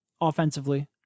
offensively